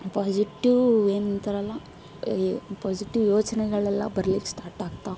positive ಏನಂತಾರಲ್ಲ positive ಯೋಚನೆಗಳಲ್ಲ ಬರ್ಲಿಕ್ಕೆ start ಆಗ್ತಾ